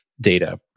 data